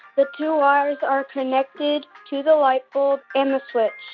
the two wires are connected to the lightbulb and the switch.